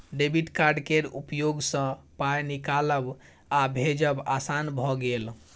debit card केर उपयोगसँ पाय निकालब आ भेजब आसान भए गेल